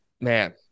man